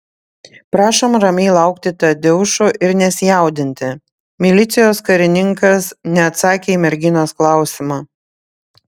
prašom ramiai laukti tadeušo ir nesijaudinti milicijos karininkas neatsakė į merginos klausimą